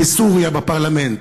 בסוריה בפרלמנט.